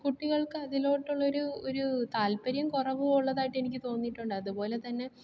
കുട്ടികൾക്ക് അതിലോട്ടുള്ള ഒരു ഒരു താൽപ്പര്യം കുറവുള്ളതായിട്ട് എനിക്ക് തോന്നിയിട്ടുണ്ട് അതുപോലെ തന്നെ